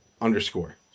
underscore